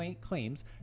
claims